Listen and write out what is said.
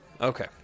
Okay